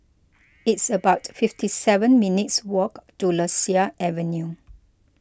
it's about fifty seven minutes' walk to Lasia Avenue